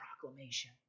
proclamation